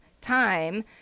time